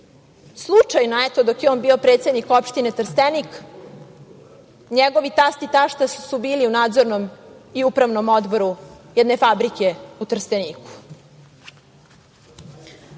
Slučajno, dok je on bio predsednik opštine Trstenik, njegovi tast i tašta su bili u nadzornom i upravnom odboru jedne fabrike u Trsteniku.